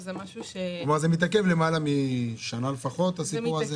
זה מתעכב למעלה משנה לפחות, אם לא יותר.